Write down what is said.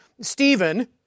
Stephen